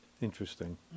Interesting